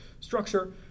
structure